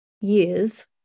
years